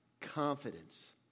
confidence